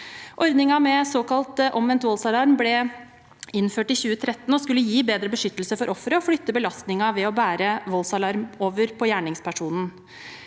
Ordningen med såkalt omvendt voldsalarm ble innført i 2013 og skulle gi bedre beskyttelse for offeret og flytte belastningen ved å bære voldsalarm over på gjerningspersonen.